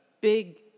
big